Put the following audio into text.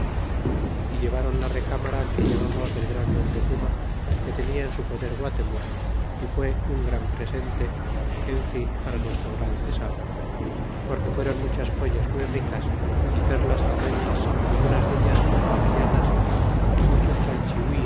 y llevron la recámara que llamamos del gran montezuma que tenia en su poder guatemuz y fue un gran presente en fin para nuestro gran cesar porque fueron muchas joyas muy ricas y perlas tamañas algunas deltas como avellanas y muchos